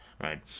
right